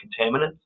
contaminants